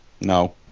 No